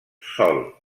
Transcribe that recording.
sol